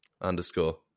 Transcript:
underscore